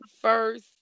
first